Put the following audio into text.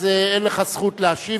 אז אין לך זכות להשיב,